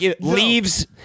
Leaves